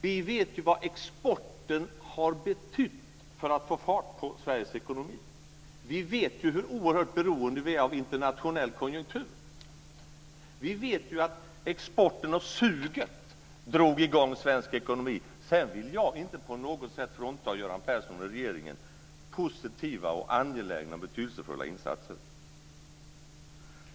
Vi vet ju vad exporten har betytt för att få fart på Sveriges ekonomi. Vi vet ju hur oerhört beroende vi är av internationell konjunktur. Vi vet ju att exporten och suget drog i gång svensk ekonomi. Sedan vill jag inte på något sätt frånta Göran Persson och regeringen positiva, angelägna och betydelsefulla insatser.